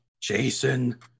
Jason